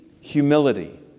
Humility